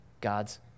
God's